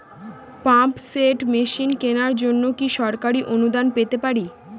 Pump set machine কেনার জন্য কি সরকারি অনুদান পেতে পারি?